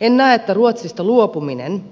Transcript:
en näe että ruotsista luopuminen